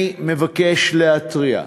אני מבקש להתריע: